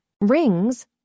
Rings